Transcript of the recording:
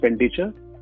expenditure